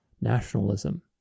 nationalism